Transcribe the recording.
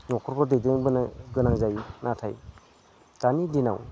न'खरखो दैदेनबोनो गोनां जायो नाथाय दानि दिनाव